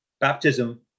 baptism